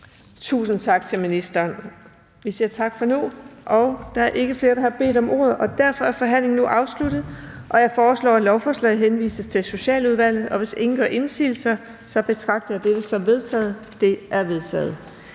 Tusind tak til ministeren. Vi siger tak for nu. Der er ikke flere, der har bedt om ordet, og derfor er forhandlingen afsluttet. Jeg foreslår, at lovforslaget henvises til Socialudvalget. Hvis ingen gør indsigelse, betragter jeg det som vedtaget. Det er vedtaget.